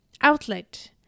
outlet